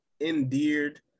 endeared